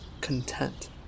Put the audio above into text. content